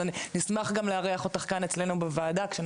אז נשמח גם לארח אותך כאן אצלנו בוועדה כאשר